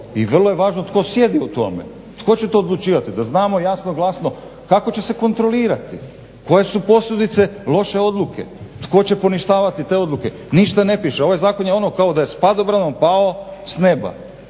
i vrlo je važno tko sjedi u tome, tko će to odlučivati da znamo jasno i glasno kako će se kontrolirati, koje su posljedice loše odluke, tko će poništavati te odluke. Ništa ne piše. Ovaj zakon je ono kao da je s padobranom pao s neba.